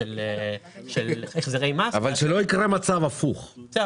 זה הסעיף שמבהיר שזו מקדמה וזה מופחת מסכום המענק או סכום התוספת שתשולם